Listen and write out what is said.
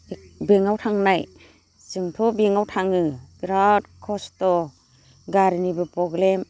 बेंकआव थांनाय जोंथ' बेंकआव थाङो बिराद खस्थ' गारिनिबो प्रब्लेम